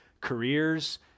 careers